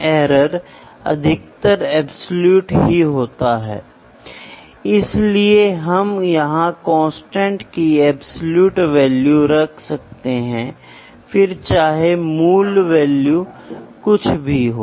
इसलिए अगर मैं या तो इस तरफ या इस तरफ से जाना शुरू करता हूं तो मैं इसे या तो मान के रूप में चुनूंगा या इसे 0 के बजाय मान के रूप में सही है